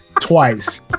twice